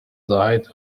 dyed